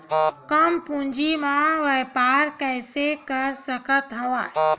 कम पूंजी म व्यापार कइसे कर सकत हव?